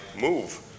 move